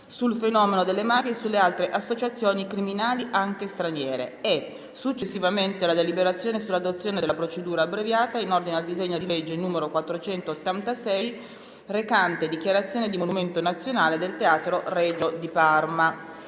sul fenomeno delle mafie e sulle altre associazioni criminali, anche straniere», e successivamente alla deliberazione sull'adozione della procedura abbreviata in ordine al disegno di legge n. 486, recante «Dichiarazione di monumento nazionale del Teatro Regio di Parma».